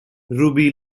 ruby